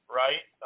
right